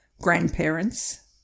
grandparents